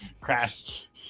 crashed